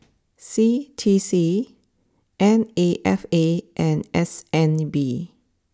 C T C N A F A and S N B